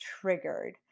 triggered